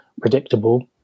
predictable